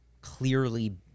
clearly